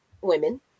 women